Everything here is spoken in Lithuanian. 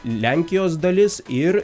lenkijos dalis ir